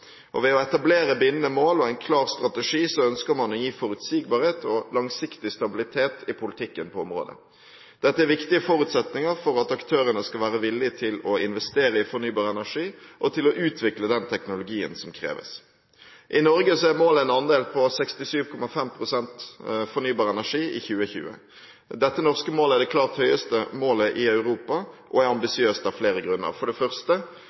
pst. Ved å etablere bindende mål og ha en klar strategi ønsker man å gi forutsigbarhet og en langsiktig stabilitet i politikken på området. Dette er viktige forutsetninger for at aktørene skal være villige til å investere i fornybar energi og å utvikle den teknologien som kreves. I Norge er målet en andel på 67,5 pst. fornybar energi i 2020. Dette norske målet er det klart høyeste målet i Europa og er ambisiøst av flere grunner. For det første: